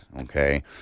okay